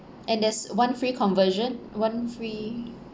and there's one free conversion one free